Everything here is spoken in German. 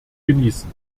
genießen